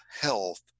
health